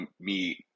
meet